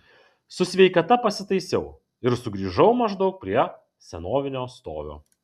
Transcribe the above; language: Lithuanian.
su sveikata pasitaisiau ir sugrįžau maždaug prie senovinio stovio